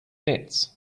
nets